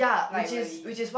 like really